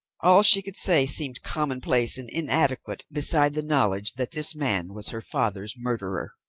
all she could say seemed commonplace and inadequate beside the knowledge that this man was her father's murderer.